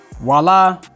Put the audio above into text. voila